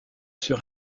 sur